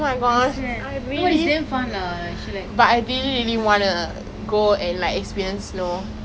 all the while right even at home right I used to put aircon and fan and sleep together ah after I go japan